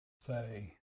say